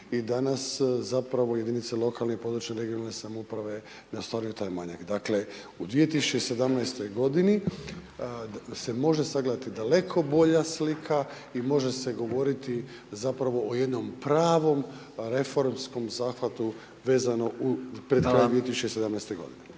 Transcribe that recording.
i danas zapravo jedinice lokalne i područne regionalne samouprave ne ostvaruju taj manjak. Dakle, u 2017. godini se može sagledati daleko bolja slika i može se govoriti zapravo o jednom pravom reformskom zahvatu vezano u pred kraj …/Upadica: